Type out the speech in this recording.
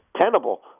tenable